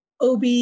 OB